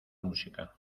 música